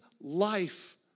life